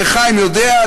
וחיים יודע,